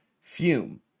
fume